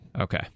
Okay